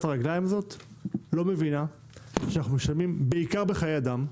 הרגליים הזאת לא מבינה שאנחנו משלמים בעיקר בחיי אדם.